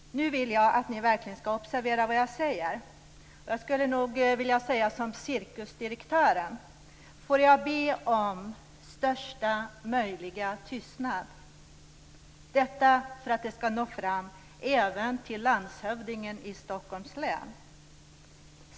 Nu vill jag att ni verkligen observerar vad jag säger, och då vill jag uttrycka mig som cirkusdirektören: Får jag be om största möjliga tystnad; detta för att det skall nå fram även till landshövdingen i Stockholms län.